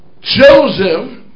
Joseph